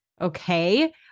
okay